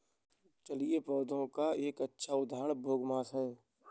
जलीय पौधों का एक अच्छा उदाहरण बोगमास है